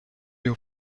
you